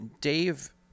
Dave